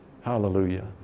Hallelujah